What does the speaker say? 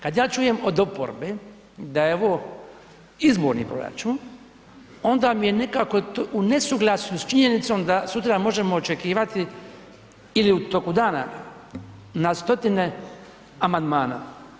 Kada ja čujem od oporbe da je ovo izborni proračun onda mi je nekako u nesuglasju s činjenicom da sutra možemo očekivati ili toku dana na stotine amandmana.